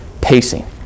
pacing